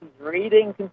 reading